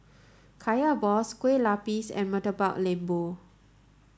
Kaya Balls Kueh Lapis and Murtabak Lembu